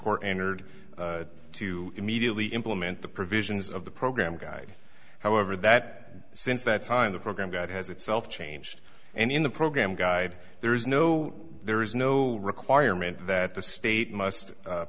court entered to immediately implement the provisions of the program guide however that since that time the program guide has itself changed and in the program guide there is no there is no requirement that the state must